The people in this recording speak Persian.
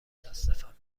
متاسفم